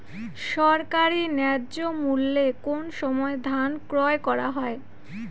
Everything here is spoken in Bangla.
সরকারি ন্যায্য মূল্যে কোন সময় ধান ক্রয় করা হয়?